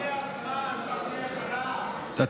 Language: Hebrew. אדוני השר, אז הגיע הזמן.